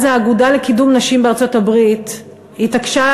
אז האגודה לקידום נשים בארצות-הברית התעקשה,